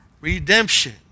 redemption